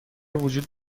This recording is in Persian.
وجود